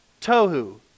tohu